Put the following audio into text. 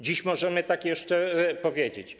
Dziś możemy tak jeszcze powiedzieć.